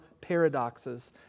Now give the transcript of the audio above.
paradoxes